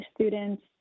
students